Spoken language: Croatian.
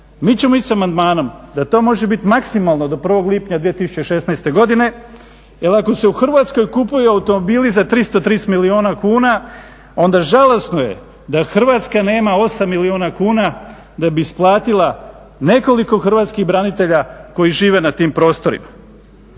Mi ćemo ići sa amandmanom da to može biti maksimalno do 1. lipnja 2016. godine. Jer ako se u Hrvatskoj kupuju automobili za 330 milijuna kuna onda žalosno je da Hrvatska nema 8 milijuna kuna da bi isplatila nekoliko hrvatskih branitelja koji žive na tim prostorima.